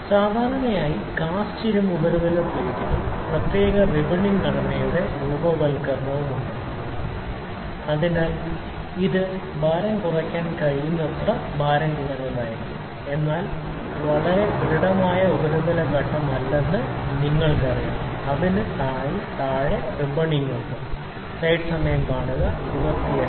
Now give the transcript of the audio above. സാധാരണയായി ഉപയോഗിക്കുന്ന കാസ്റ്റ് ഇരുമ്പ് ഉപരിതല പ്ലേറ്റുകൾക്ക് പ്രത്യേക റിബണിംഗും ഘടനയുടെ രൂപവത്കരണവുമുണ്ട് അതിനാൽ ഇത് ഭാരം കുറയ്ക്കാൻ കഴിയുന്നത്ര ഭാരം കുറഞ്ഞതായിരിക്കും എന്നാൽ ഇത് വളരെ ദൃഢ മായ ഉപരിതല ഘട്ടമല്ലെന്ന് നിങ്ങൾക്കറിയാം അതിന് താഴെയായി റിബണിംഗ് ഉണ്ട്